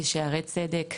בשערי צדק,